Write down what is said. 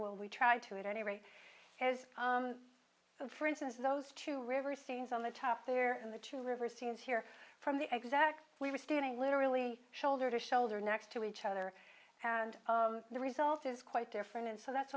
will we try to at any rate as for instance those two river scenes on the top there in the two rivers scenes here from the exact we were standing literally shoulder to shoulder next to each other and the result is quite different and so that's